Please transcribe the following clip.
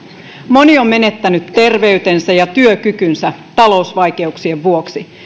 moni on menettänyt terveytensä ja työkykynsä talousvaikeuksien vuoksi